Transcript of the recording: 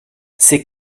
ces